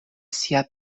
sia